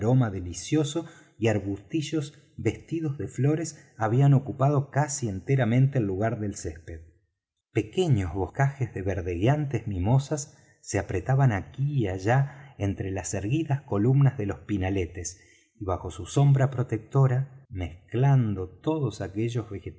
delicioso y arbustillos vestidos de flores habían ocupado casi enteramente el lugar del césped pequeños boscajes de verdegueantes mimosas se apretaban aquí y allá entre las erguidas columnas de los pinaletes y bajo su sombra protectora mezclando todos aquellos